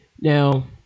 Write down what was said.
Now